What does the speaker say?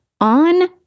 on